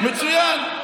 מצוין.